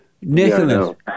Nicholas